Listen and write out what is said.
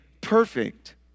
perfect